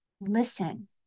Listen